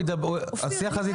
אופיר,